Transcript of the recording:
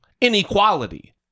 inequality